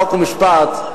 חוק ומשפט.